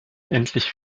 endlich